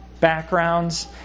backgrounds